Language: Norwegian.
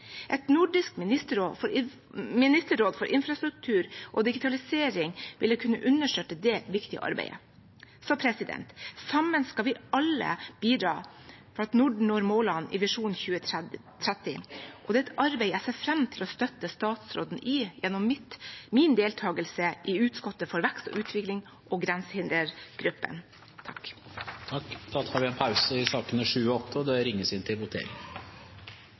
viktige arbeidet. Sammen skal vi alle bidra til at Norden når målene i Vår visjon 2030. Det er et arbeid jeg ser fram til å støtte statsråden i, gjennom min deltakelse i utvalget for vekst og utvikling, og i grensehindergruppen. Da tar vi en pause i sakene nr. 7 og 8, og det ringes til votering. Stortinget går da til votering